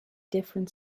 different